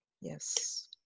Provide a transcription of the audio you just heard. Yes